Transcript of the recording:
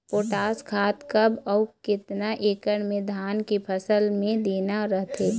Potash खाद कब अऊ केतना एकड़ मे धान के फसल मे देना रथे?